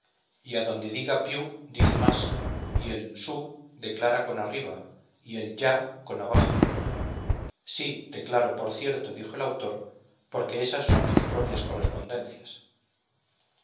y adonde diga pi dice más y el su declara con arriba y el gi con abajo sí declaro por cierto dijo el autor porque ésas son sus propias correspondencias